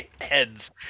heads